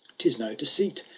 tib no deceit!